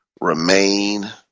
remain